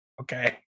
Okay